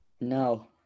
No